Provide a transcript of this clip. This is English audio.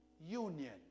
union